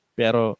pero